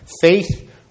Faith